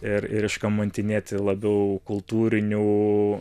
ir ir iškamantinėti labiau kultūrinių